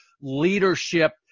leadership